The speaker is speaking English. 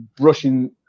brushing –